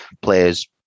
players